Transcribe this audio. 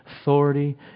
authority